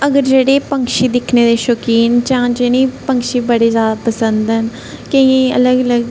अगर जेहडे़ पक्षी दिक्खने दे शोकिन ना जां जिन्हेंगी पक्षी बडे़ ज्यादा पसंद ना केंइये गी अलग अलग पक्षी